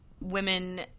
women